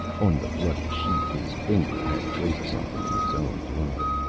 on the bloody sheet, his finger had traced something in his own blood.